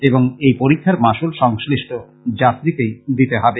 এবং এই পরীক্ষার মাশুল সংশ্লিষ্ট যাত্রীকেই দিতে হবে